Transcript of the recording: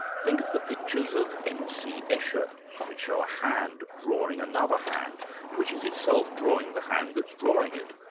think of the pictures of m. c. escher which show a hand drawing another hand which is itself drawing the hand that's drawing it.